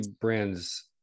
brands